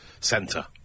centre